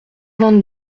vingt